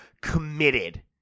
committed